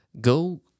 Go